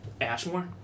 Ashmore